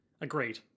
Agreed